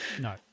No